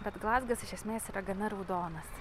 bet glazgas iš esmės yra gana raudonas